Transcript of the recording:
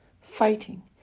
fighting